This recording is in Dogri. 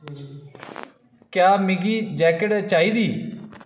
क्या मिगी जैकेट चाहिदी